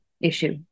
issue